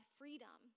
freedom